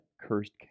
cursed